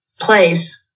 Place